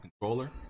controller